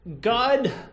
God